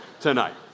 tonight